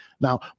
now